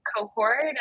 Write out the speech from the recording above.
cohort